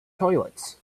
toilets